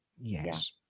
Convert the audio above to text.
Yes